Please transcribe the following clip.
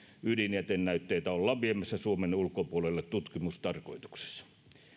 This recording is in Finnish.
ydinjätenäytteitä ollaan viemässä suomen ulkopuolelle tutkimustarkoituksessa